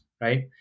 Right